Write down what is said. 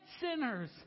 sinners